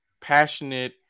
Passionate